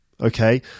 Okay